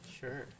Sure